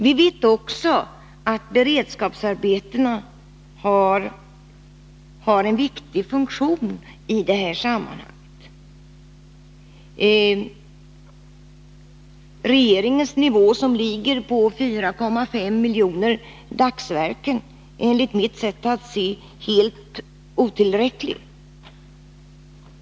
Vi vet också att beredskapsarbeten har en viktig funktion att fylla i detta sammanhang. Den av regeringen föreslagna nivån ligger på 4,5 miljoner dagsverken. Det är enligt mitt sätt att se helt otillräckligt.